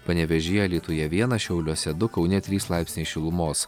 panevėžyje alytuje vienas šiauliuose du kaune trys laipsniai šilumos